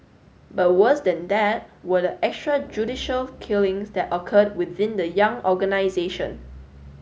but worse than that were the extrajudicial killings that occurred within the young organisation